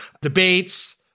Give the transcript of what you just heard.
Debates